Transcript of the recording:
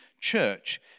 church